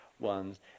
One's